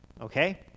okay